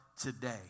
today